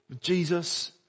Jesus